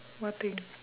what thing